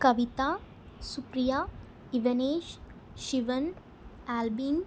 Kavitha Supriya Ivanish Sivan album